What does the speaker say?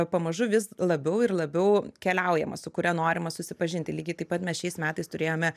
pamažu vis labiau ir labiau keliaujama su kuria norima susipažinti lygiai taip pat mes šiais metais turėjome